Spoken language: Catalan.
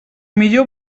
millor